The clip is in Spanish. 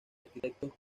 arquitectos